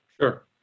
Sure